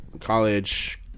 college